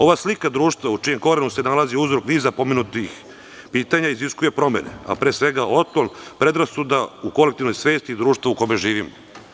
Ova slika društva, u čijem korenu se nalaziuzrok niza pomenutih pitanja, iziskuje promene, a pre svega otklon predrasuda u kolektivnoj svesti društva u kome živimo.